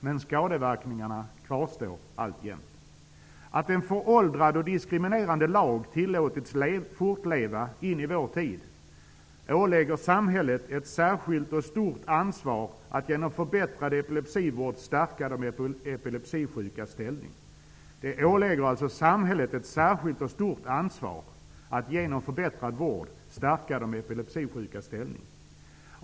Men skadeverkningarna kvarstår alltjämt. Att en föråldrad och diskriminerande lag tillåtits fortleva in i vår tid ålägger samhället ett särskilt och stort ansvar att genom förbättrad epilepsivård stärka de epilepsisjukas ställning.